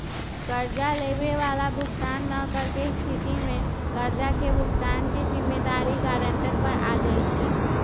कर्जा लेबए बला भुगतान न करेके स्थिति में कर्जा के भुगतान के जिम्मेदारी गरांटर पर आ जाइ छइ